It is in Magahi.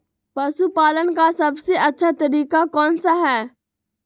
पशु पालन का सबसे अच्छा तरीका कौन सा हैँ?